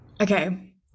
okay